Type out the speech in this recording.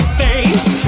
face